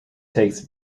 takes